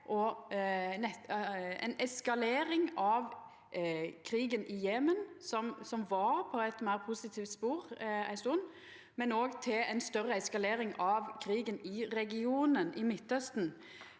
ei eskalering av krigen i Jemen – som var på eit meir positivt spor ei stund – men òg til ei større eskalering av krigen i regionen, i Midtausten?